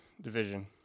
division